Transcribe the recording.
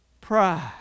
Pride